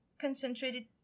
concentrated